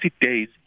days